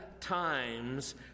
times